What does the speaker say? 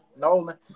Nolan